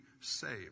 saved